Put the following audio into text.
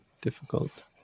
difficult